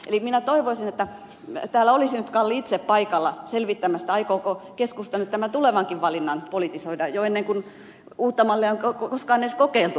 minä toivoisin että täällä olisi nyt kalli itse paikalla selvittämässä aikooko keskusta nyt tämän tulevankin valinnan politisoida jo ennen kuin uutta mallia on edes kokeiltu